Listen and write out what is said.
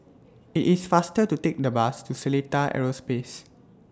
IT IS faster to Take The Bus to Seletar Aerospace